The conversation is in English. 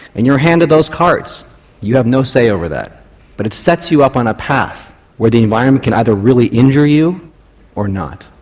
and you're handed those cards you have no say over that but it sets you up on a path where the environment can either really injure you or not.